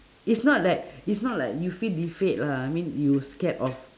is not like is not like you feel defeat lah I mean you scared of